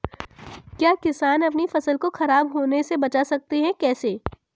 क्या किसान अपनी फसल को खराब होने बचा सकते हैं कैसे?